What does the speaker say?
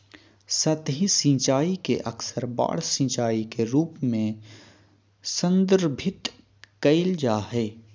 सतही सिंचाई के अक्सर बाढ़ सिंचाई के रूप में संदर्भित कइल जा हइ